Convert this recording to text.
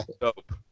dope